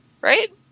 right